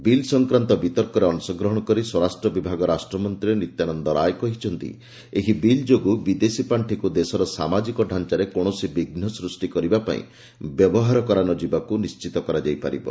bill ସଂକ୍ରାନ୍ତ ବିତର୍କରେ ଅଂଶ ଗ୍ରହଣ କରି ସ୍ୱରାଷ୍ଟ୍ର ବିଭାଗ ରାଷ୍ଟ୍ରମନ୍ତ୍ରୀ ନିତ୍ୟାନନ୍ଦ ରାୟ କହିଛନ୍ତି ଏହି ବିଲ୍ ଯୋଗୁଁ ବିଦେଶୀ ପାର୍ଷିକ୍ ଦେଶର ସାମାଜିକ ଢାଞ୍ଚାରେ କୌଣସି ବିଘୁ ସୃଷ୍ଟି କରିବା ପାଇଁ ବ୍ୟବହାର କରାନଯିବାକୁ ନିଶ୍ଚିତ କରାଯାଇ ପାରିବ